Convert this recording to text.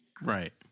right